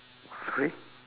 sorry